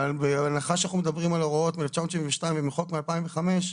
בהנחה שאנחנו מדברים על הוראות מ-1972 ומחוק מ-2005,